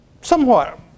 somewhat